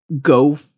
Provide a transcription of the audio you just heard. go